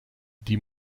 die